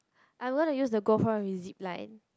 I'm gonna use the go pro with zipline